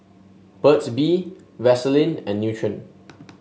Burt's Bee Vaselin and Nutren